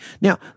Now